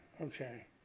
Okay